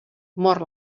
mor